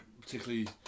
particularly